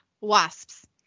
wasps